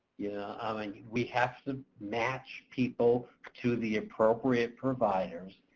yeah um and we have to match people to the appropriate providers.